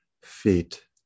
feet